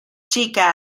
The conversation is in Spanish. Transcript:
chica